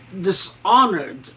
dishonored